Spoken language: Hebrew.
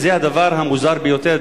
וזה הדבר המוזר ביותר,